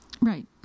Right